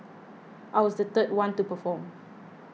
I was the third one to perform